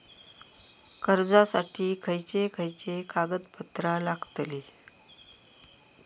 कर्जासाठी खयचे खयचे कागदपत्रा लागतली?